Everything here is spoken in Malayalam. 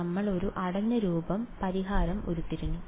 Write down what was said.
നമ്മൾ ഒരു അടഞ്ഞ രൂപം പരിഹാരം ഉരുത്തിരിഞ്ഞു